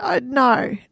no